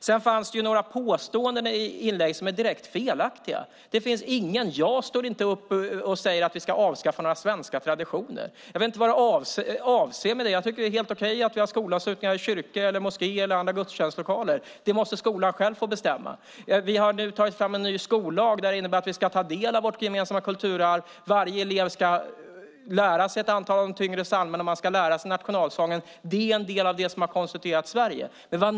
Sedan fanns det några påståenden i inlägget som är direkt felaktiga. Jag säger inte att vi ska avskaffa några svenska traditioner. Jag vet inte vad du avser med det. Jag tycker att det är helt okej att vi har skolavslutningar i kyrkor, moskéer eller andra gudstjänstlokaler. Det måste skolan själv få bestämma. Vi har nu tagit fram en ny skollag som innebär att vi ska ta del av vårt gemensamma kulturarv. Varje elev ska lära sig ett antal av de tyngre psalmerna. Man ska lära sig nationalsången. Det är en del av det som har konsoliderat Sverige.